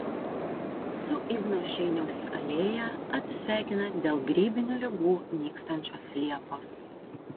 su igno šeiniaus alėja atsisveikina dėl grybinių ligų nykstančios liepos